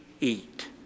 eat